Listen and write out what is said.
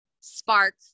spark